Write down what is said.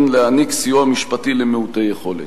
להעניק סיוע משפטי למעוטי יכולת.